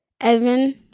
Evan